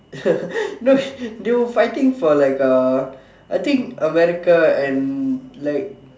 no they were fighting for like uh I think America and like